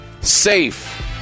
safe